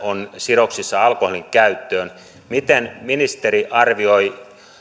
on sidoksissa alkoholinkäyttöön miten ministeri arvioi